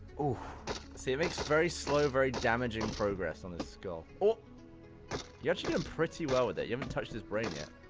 see, it makes very slow, very damaging progress on his skull ah you're actually doing um pretty well with it, you haven't touched his brain yet